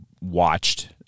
watched